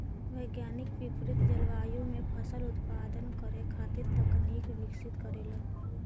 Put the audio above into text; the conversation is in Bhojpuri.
वैज्ञानिक विपरित जलवायु में फसल उत्पादन करे खातिर तकनीक विकसित करेलन